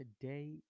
today